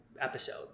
episode